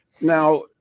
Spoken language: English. Now